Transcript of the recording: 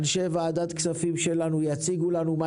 אנשי ועדת כספים שלנו יציגו לנו מה